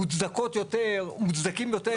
מוצדקות יותר מוצדקות פחות.